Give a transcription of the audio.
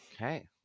okay